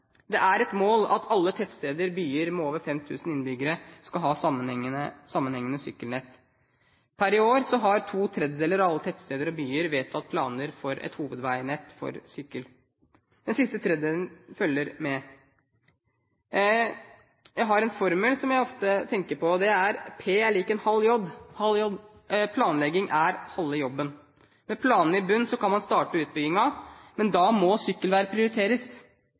Det er et mål at alle tettsteder/byer med over 5 000 innbyggere skal ha sammenhengende sykkelnett. Per i år har to tredjedeler av alle tettsteder og byer vedtatt planer for et hovedveinett for sykkel. Den siste tredjedelen følger med. Jeg har en formel som jeg ofte tenker på, og det er P=1/2 J – planlegging er halve jobben. Med planene i bunn kan man starte utbyggingen, men da må sykkelvei prioriteres,